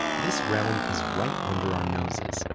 this realm is right under our noses,